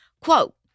Quote